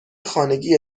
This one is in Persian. خانگی